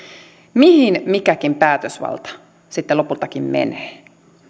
mihin mikäkin päätösvalta sitten lopultakin menee